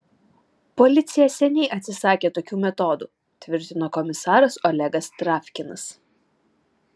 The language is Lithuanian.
policija seniai atsisakė tokių metodų tvirtino komisaras olegas travkinas